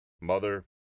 Mother